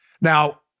Now